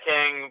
King